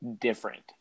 different